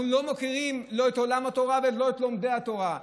אנחנו לא מכירים לא את עולם התורה ולא את לומדי התורה,